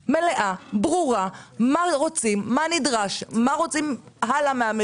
לא, אלו נכסים שבימים אלה עוברים.